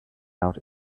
out